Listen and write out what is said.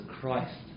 Christ